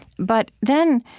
but then,